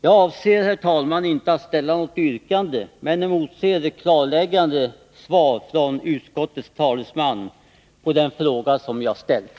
Jag avser, herr talman, inte att framställa något yrkande, men jag emotser ett klarläggande svar från utskottets talesman på den fråga som jag ställt.